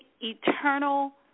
eternal